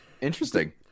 Interesting